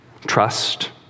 trust